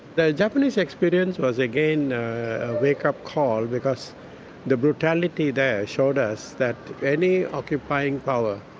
the japanese experience was again a wake-up call, because the brutality there showed us that any occupying power,